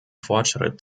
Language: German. fortschritt